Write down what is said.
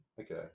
Okay